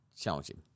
challenging